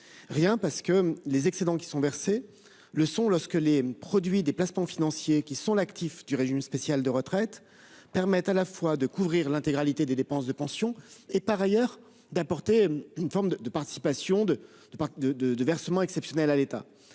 en cause : les excédents sont versés lorsque les produits des placements financiers qui sont l'actif du régime spécial de retraite permettent à la fois de couvrir l'intégralité des dépenses de pensions et d'apporter une participation sous forme de versement exceptionnel à l'État.